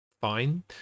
fine